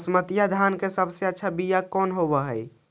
बसमतिया धान के सबसे अच्छा बीया कौन हौब हैं?